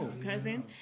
cousin